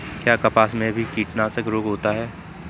क्या कपास में भी कीटनाशक रोग होता है?